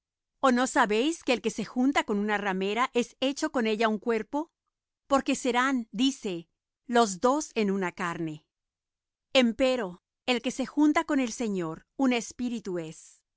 o no sabéis que el que se junta con una ramera es hecho con ella un cuerpo porque serán dice los dos en una carne empero el que se junta con el señor un espíritu es